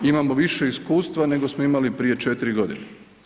Imamo više iskustva nego smo imali prije 4 godine.